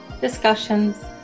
discussions